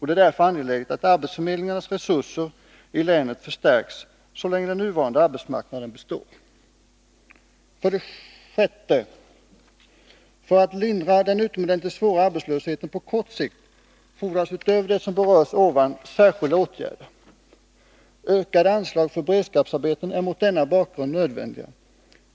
Det är därför angeläget att arbetsförmedlingarnas resurser i länet förstärks så länge det nuvarande arbetsmarknadsläget består. 6. För att lindra den utomordentligt svåra arbetslösheten på kort sikt fordras utöver det jäg redan berört särskilda åtgärder. Ökade anslag för beredskapsarbeten är mot denna bakgrund nödvändiga.